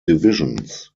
divisions